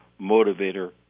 motivator